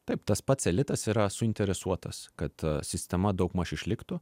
taip tas pats elitas yra suinteresuotas kad sistema daugmaž išliktų